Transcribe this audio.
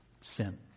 Sin